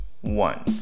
One